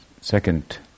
second